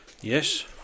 Yes